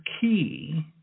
key